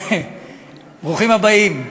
ברוכים הבאים.